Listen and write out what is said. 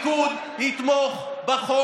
הליכוד אמר משהו אחר.